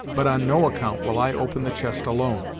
but on no account will i open the chest alone.